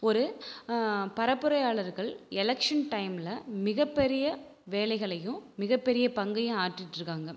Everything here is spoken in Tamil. ஒரு பரப்புரையாளர்கள் எலெக்ஷன் டைம்மில் மிகப்பெரிய வேலைகளையும் மிகப்பெரிய பங்கையும் ஆற்றிகிட்டு இருக்காங்க